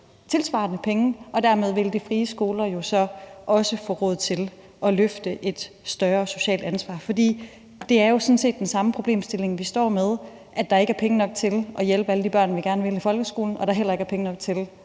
tilsvarende penge, og dermed vil de frie skoler jo så også få råd til at løfte et større socialt ansvar. Det er jo sådan set den samme problemstilling, vi står med, nemlig at der ikke er penge nok til at hjælpe alle de børn, vi gerne vil, i folkeskolen, og at der heller ikke er penge nok til